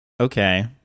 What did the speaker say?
Okay